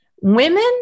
Women